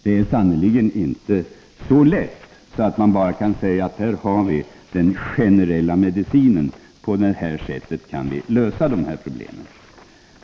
Det är sannerligen inte så lätt så att man bara kan säga: Här har vi den generella medicinen — på det här sättet kan vi lösa problemen.